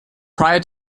prior